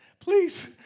please